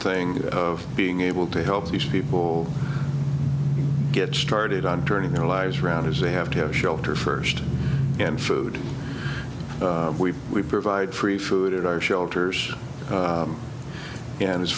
thing of being able to help these people get started on turning their lives around is they have to have shelter first and food we provide free food at our shelters and as